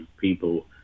people